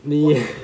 你